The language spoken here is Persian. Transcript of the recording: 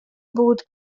بود